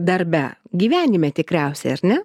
darbe gyvenime tikriausiai ar ne